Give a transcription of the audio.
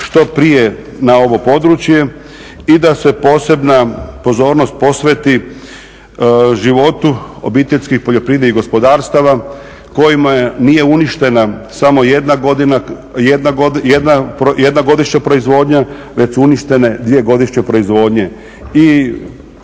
što prije na ovo područje i da se posebna pozornost posveti životu OPG-a kojima nije uništena samo jedna godišnja proizvodnja, već su uništene dvije godišnje proizvodnje